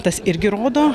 tas irgi rodo